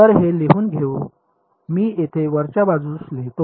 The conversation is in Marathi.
तर हे लिहून घेऊ मी हे येथे वरच्या बाजूस लिहितो